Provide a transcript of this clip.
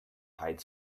tight